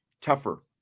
tougher